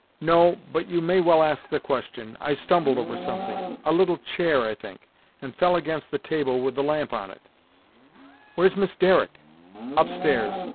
no, but you may well ask the question. i stumbled over something a little chair, i think and fell against the table with the lamp on it where's miss derrick upstairs.